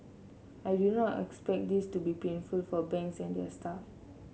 I do not expect this to be painful for banks and their staff